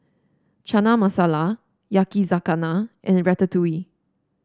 Chana Masala Yakizakana and Ratatouille